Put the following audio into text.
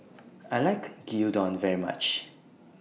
I like Gyudon very much